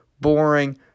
boring